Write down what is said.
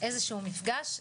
איזשהו מפגש.